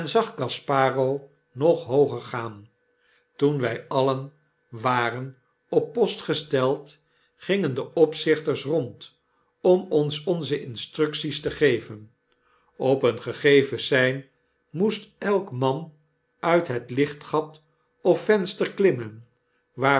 zag gasparo nog hooger gaan toen wy alien waren op post gesteld gingen de opzichters rond om ons onze instructies te geven op een gegeven sein moest elk man uit het lichtgat of venster klimmen